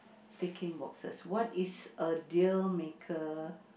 ticking boxes what is a dealmaker